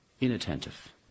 inattentive